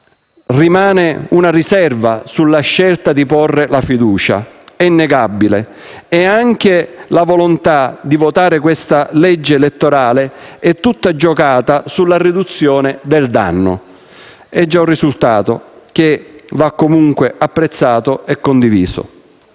rimane una riserva sulla scelta di porre la fiducia, è innegabile, e anche la volontà di votare questa legge elettorale è tutta giocata sulla riduzione del danno. È già un risultato che va comunque apprezzato e condiviso.